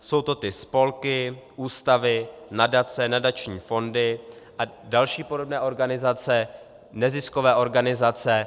Jsou to ty spolky, ústavy, nadace, nadační fondy a další podobné organizace, neziskové organizace.